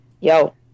Yo